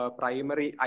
primary